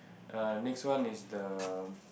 err next one is the